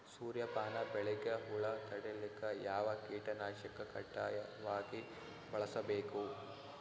ಸೂರ್ಯಪಾನ ಬೆಳಿಗ ಹುಳ ತಡಿಲಿಕ ಯಾವ ಕೀಟನಾಶಕ ಕಡ್ಡಾಯವಾಗಿ ಬಳಸಬೇಕು?